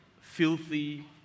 filthy